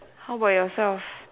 how about yourself